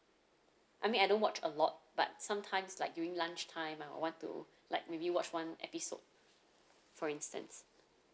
I mean I don't watch a lot but sometimes like during lunch time I would want to like maybe watch one episode for instance